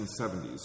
1970s